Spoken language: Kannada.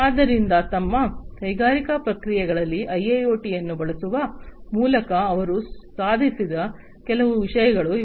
ಆದ್ದರಿಂದ ತಮ್ಮ ಕೈಗಾರಿಕಾ ಪ್ರಕ್ರಿಯೆಗಳಲ್ಲಿ ಐಒಟಿಯನ್ನು ಬಳಸುವ ಮೂಲಕ ಅವರು ಸಾಧಿಸಿದ ಕೆಲವು ವಿಷಯಗಳು ಇವು